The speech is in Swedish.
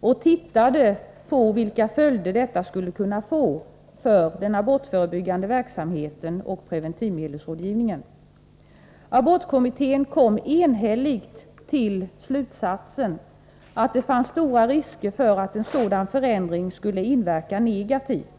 och tittade på vilka följder detta skulle kunna få för den abortförebyggande verksamheten och preventivmedelsrådgivningen. Abortkommittén kom enhälligt till slutsatsen att det fanns stora risker för att en sådan förändring skulle inverka negativt.